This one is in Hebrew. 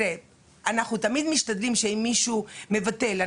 אנחנו תמיד משתדלים אם מישהו מבטל.